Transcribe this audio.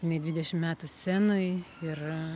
jinai dvidešim metų scenoj ir